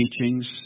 teachings